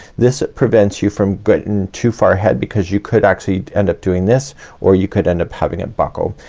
this prevents you from getting and too far ahead because you could actually end up doing this or you could end up having it buckle.